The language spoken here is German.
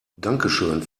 dankeschön